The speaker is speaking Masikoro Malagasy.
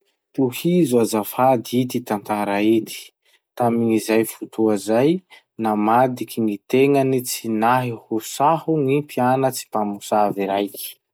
Tohizo azafady ity tantara ity: Tamign'izay fotoa zay, namadiky gny tegnany tsy nahy ho saho gny mpianatsy mpamosavy raiky.